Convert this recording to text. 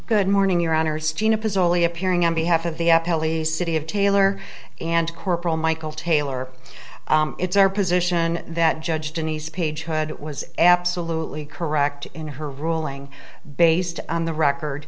good morning your honour's appearing on behalf of the city of taylor and corporal michael taylor it's our position that judge denise paige hood was absolutely correct in her ruling based on the record